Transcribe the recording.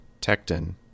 Tecton